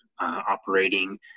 operating